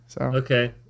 Okay